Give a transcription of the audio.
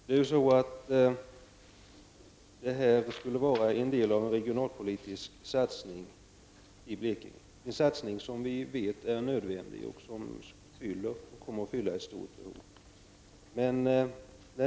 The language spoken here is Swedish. Herr talman! Det här skulle utgöra en del av en regionalpolitisk satsning i Blekinge, en satsning som vi vet är nödvändig och kommer att fylla ett stort behov.